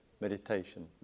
meditation